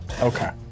Okay